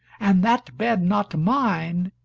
and that bed not mine,